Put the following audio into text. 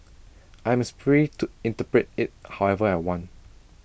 I'm free to interpret IT however I want